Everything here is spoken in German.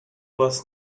was